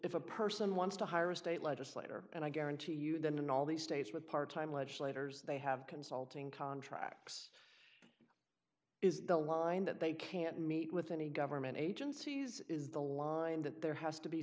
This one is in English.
if a person wants to hire a state legislator and i guarantee you then in all the states with part time legislators they have consulting contracts is the line that they can't meet with any government agencies is the line that there has to be